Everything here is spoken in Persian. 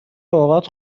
اوقات